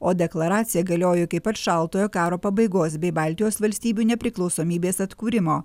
o deklaracija galiojo iki pat šaltojo karo pabaigos bei baltijos valstybių nepriklausomybės atkūrimo